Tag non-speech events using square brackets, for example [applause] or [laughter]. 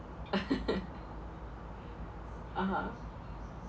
[laughs] (uh huh)